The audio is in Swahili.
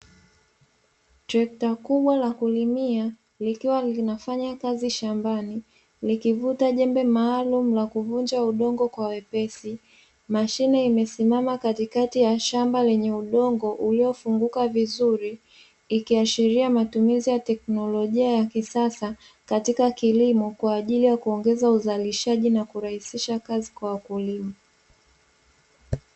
Trekta kubwa la kulimia likiwa linafanya kazi shambani likivuta jembe maalumu la kuvunja udongo kwa wepesi, mashine imesimama katikati ya shamba lenye udongo uliofunguka vizuri ikiashilia matumizi ya teknolojia ya kisasa katika kilimo kwa ajili ya kuongeza na kurahisisha kazi kwa wakulima.